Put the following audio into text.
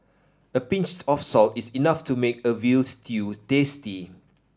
a pinch of salt is enough to make a veal stew tasty